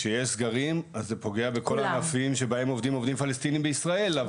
כשיש סגרים אז זה פוגע בכל הענפים שבהם עובדים עובדים פלסטינים בישראל,